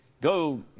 go